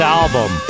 album